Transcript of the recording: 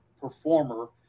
performer